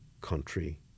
country